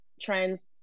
trends